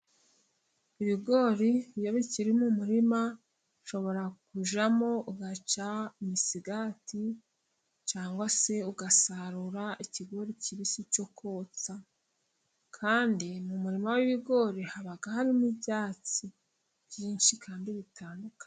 Ibigori iyo bikiri mu murima ushobora kujyamo ugaca imisigati cyangwa se ugasarura ikigori kibisi cyo kotsa, kandi mu murima w'ibigori haba harimo ibyatsi byinshi kandi bitandukanye.